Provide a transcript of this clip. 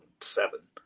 seven